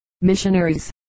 missionaries